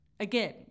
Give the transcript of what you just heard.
Again